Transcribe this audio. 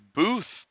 booth